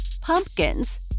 Pumpkins